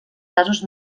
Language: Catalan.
casos